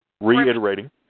reiterating